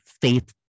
faith